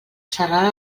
serà